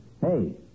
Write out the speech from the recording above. Hey